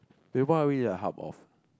wait what are we in a hub of